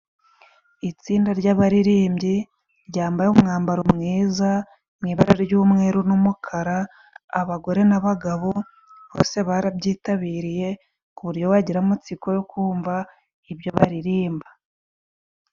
Itsinda ry'abaririmbyi ryambaye umwambaro mwiza, mu ibara ry'umweru n'umukara abagore n'abagabo, bose barabyitabiriye ku buryo bagira amatsiko yo kumva ibyo baririmba.